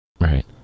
Right